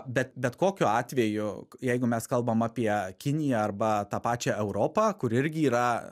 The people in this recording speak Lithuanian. bet bet kokiu atveju jeigu mes kalbam apie kiniją arba tą pačią europą kur irgi yra